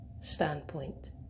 standpoint